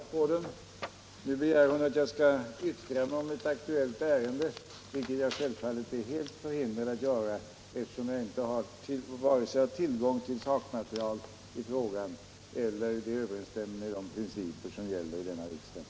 Herr talman! Eva Hjelmström har ställt en principiell fråga till mig. Jag har svarat på den. Nu begär hon att jag skall yttra mig om ett aktuellt ärende, vilket jag självfallet är förhindrad att göra, eftersom jag inte har tillgång till sakmaterialet i frågan och eftersom något sådant också strider mot de principer som gäller i denna riksdag.